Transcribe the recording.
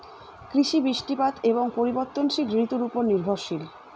কৃষি বৃষ্টিপাত এবং পরিবর্তনশীল ঋতুর উপর নির্ভরশীল